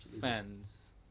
fans